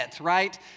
right